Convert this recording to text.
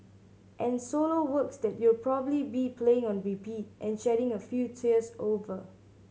and solo works that you'll probably be playing on repeat and shedding a few tears over